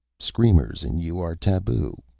screamers and you are taboo,